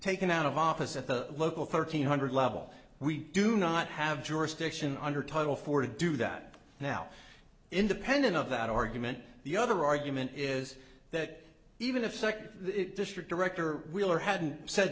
taken out of office at the local thirteen hundred level we do not have jurisdiction under title four to do that now independent of that argument the other argument is that even if second district director wheeler hadn't said